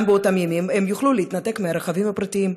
גם באותם ימים, הם יוכלו להתנתק מהרכבים הפרטיים.